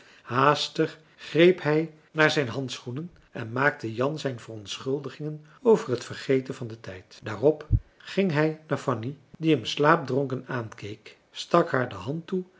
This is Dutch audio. haastig greep hij naar zijn handschoenen en maakte jan zijn verontschuldigingen over het vergeten van den tijd daarop ging hij naar fanny die hem slaapdronken aankeek stak haar de hand toe